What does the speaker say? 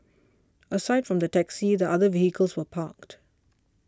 aside from the taxi the other vehicles were parked